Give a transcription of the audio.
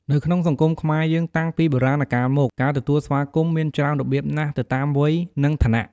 នៅក្នុងសង្គមខ្មែរយើងតាំងពីបុរាណកាលមក ការទទួលស្វាគមន៍មានច្រើនរបៀបណាស់ទៅតាម វ័យ និងឋានៈ។